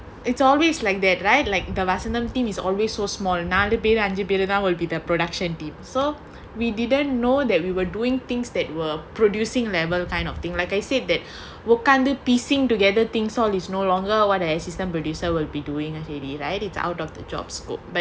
it's always like that right like the varsenal team is always so small நாலு பேரு அஞ்சு பேரு:naalu peru anchu peru will be the production team so we didn't know that we were doing things that were producing level kind of thing like I said that உட்கார்ந்து:utkarnthu piecing together things all is no longer what an assistant producer will be doing ahead right it's out of the job scope